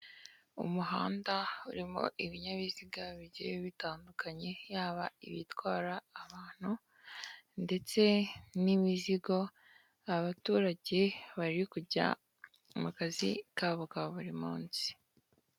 Umuhanda urimo ibinyabiziga bigiye bitandukanye yaba ibitwara abantu ndetse n'imizigo, abaturage bari kujya mu kazi kabo ka buri munsi.